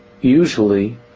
usually